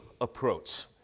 approach